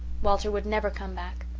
walter would never come back.